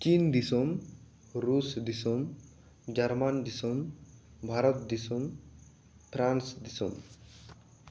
ᱪᱤᱱ ᱫᱤᱥᱚᱢ ᱨᱩᱥ ᱫᱤᱥᱚᱢ ᱡᱟᱨᱢᱟᱱ ᱫᱤᱥᱚᱢ ᱵᱷᱟᱨᱟᱛ ᱫᱤᱥᱚᱢ ᱯᱷᱨᱟᱱᱥ ᱫᱤᱥᱚᱢ